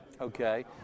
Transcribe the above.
Okay